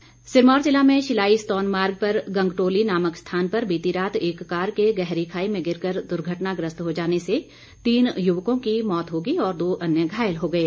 दुर्घटना सिरमौर जिला में शिलाई सतौन मार्ग पर गंगटोली नामक स्थान पर बीती रात एक कार के गहरी खाई में गिर कर दुर्घटनाग्रस्त हो जाने से तीन युवकों को मौत हो गई और दो अन्य घायल हो गए